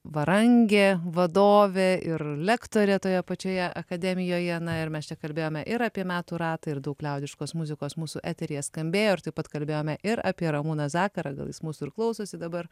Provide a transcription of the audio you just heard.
varangė vadovė ir lektorė toje pačioje akademijoje na ir mes čia kalbėjome ir apie metų ratą ir daug liaudiškos muzikos mūsų eteryje skambėjo ir taip pat kalbėjome ir apie ramūną zakarą gal jis mūsų ir klausosi dabar